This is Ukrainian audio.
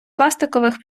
пластикових